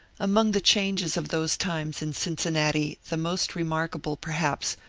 among the changes of those times in cincinnati the most remarkable, perhaps,